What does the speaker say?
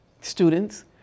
students